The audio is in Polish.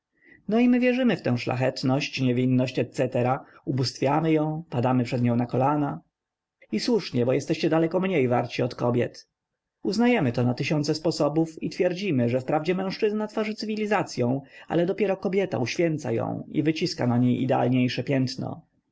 no i my wierzymy w tę szlachetność niewinność et cetera ubóstwiamy ją padamy przed nią na kolana i słusznie bo jesteście daleko mniej warci od kobiet uznajemy to na tysiące sposobów i twierdzimy że wprawdzie mężczyzna tworzy cywilizacyą ale dopiero kobieta uświęca ją i wyciska na niej idealniejsze piętno